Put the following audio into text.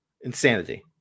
Insanity